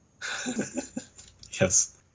Yes